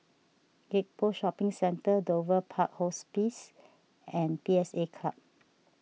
Gek Poh Shopping Centre Dover Park Hospice and P S A Club